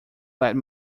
let